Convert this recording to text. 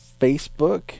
facebook